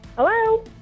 Hello